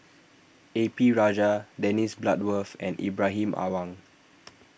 A P Rajah Dennis Bloodworth and Ibrahim Awang